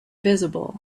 visible